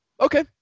Okay